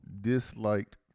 disliked